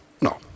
No